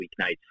weeknights